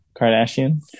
Kardashian